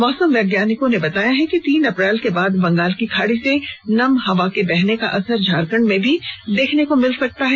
मौसम वैज्ञानिकों ने बताया कि तीन अप्रैल के बाद बंगाल की खाड़ी से नम हवा के बहने का असर झारखंड में भी देखते को मिल सकता है